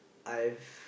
I've